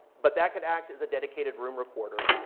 but that could act as a dedicated room recorder,